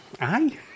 Aye